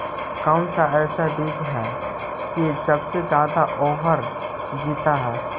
कौन सा ऐसा बीज है की सबसे ज्यादा ओवर जीता है?